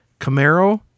Camaro